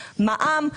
מע"מ,